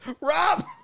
Rob